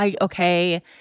okay